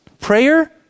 Prayer